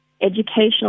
educational